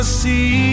see